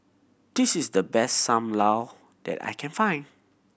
this is the best Sam Lau that I can find